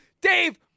Dave